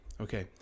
okay